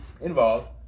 involved